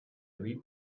read